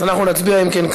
אם כן,